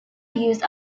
used